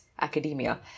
academia